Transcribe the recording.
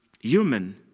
human